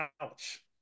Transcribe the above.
Ouch